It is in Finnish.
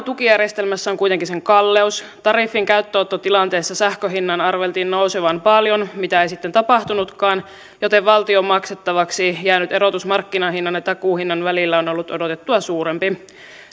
tukijärjestelmässä on kuitenkin sen kalleus tariffin käyttöönottotilanteessa sähkön hinnan arveltiin nousevan paljon mitä ei sitten tapahtunutkaan joten valtion maksettavaksi jäänyt erotus markkinahinnan ja takuuhinnan välillä on ollut odotettua suurempi